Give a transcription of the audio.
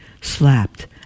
slapped